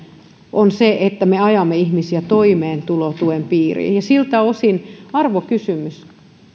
on se että me ajamme ihmisiä toimeentulotuen piiriin ja siltä osin arvokysymys